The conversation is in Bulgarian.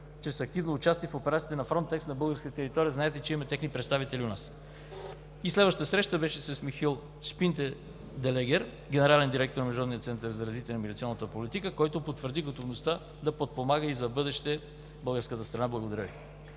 чрез активно участие в операциите на „Фронтекс” на българска територия. Знаете, че имаме техни представители у нас. Следваща среща беше с Михаел Шпинделегер – генерален директор на Международния център за развитие на миграционната политика, който потвърди готовността да подпомага и за в бъдеще българската страна. Благодаря Ви.